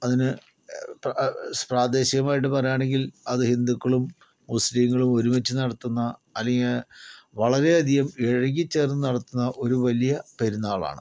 അതിന് പ്രാദേശികമായിട്ട് പറയാണെങ്കിൽ അത് ഹിന്ദുക്കളും മുസ്ലീങ്ങളും ഒരുമിച്ച് നടത്തുന്ന അല്ലെങ്കിൽ വളരെയധികം ഇഴുകി ചേർന്ന് നടത്തുന്ന ഒരു വലിയ പെരുന്നാളാണ്